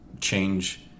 change